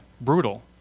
brutal